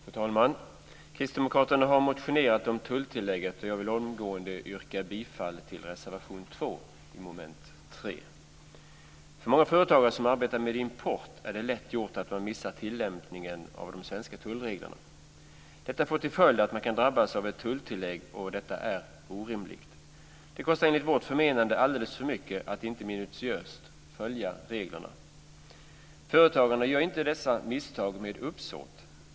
Fru talman! Kristdemokraterna har motionerat om tulltillägget, och jag vill omgående yrka bifall till reservation 2 under mom. 3. För många företagare som arbetar med import är det lätt gjort att missa tillämpningen av de svenska tullreglerna. Detta får till följd att man kan drabbas av ett tulltillägg, och detta är orimligt. Det kostar enligt vårt förmenande alldeles för mycket att inte minutiöst följa reglerna. Företagarna gör inte dessa misstag med uppsåt.